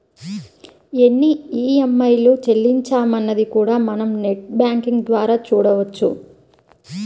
ఎన్ని ఈఎంఐలు చెల్లించామన్నది కూడా మనం నెట్ బ్యేంకింగ్ ద్వారా చూడొచ్చు